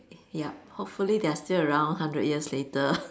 yup hopefully they're still around hundred years later